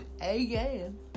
again